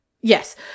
yes